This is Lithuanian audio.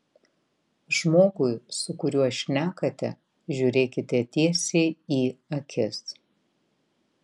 žmogui su kuriuo šnekate žiūrėkite tiesiai į akis